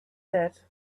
that